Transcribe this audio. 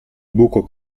buco